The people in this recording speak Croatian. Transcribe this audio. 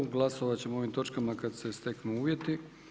Glasovat ćemo o ovim točkama kad se steknu uvjeti.